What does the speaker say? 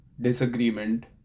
disagreement